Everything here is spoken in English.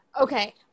Okay